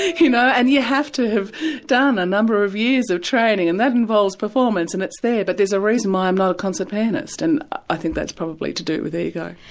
you know, and you have to have done a number of years of training and that involves performance and it's there, but there's a reason i'm not a concern pianist and i think that's probably to do with ego.